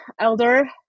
Elder